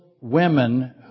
women